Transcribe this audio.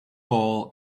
ball